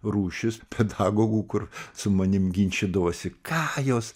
rūšis pedagogų kur su manim ginčydavosi ką jos